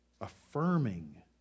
Affirming